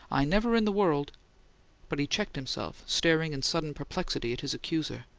i never in the world but he checked himself, staring in sudden perplexity at his accuser.